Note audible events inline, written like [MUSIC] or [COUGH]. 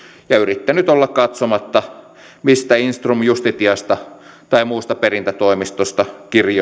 ja yrittänyt olla katsomatta mistä intrum justitiasta tai muusta perintätoimistosta kirje [UNINTELLIGIBLE]